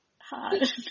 hard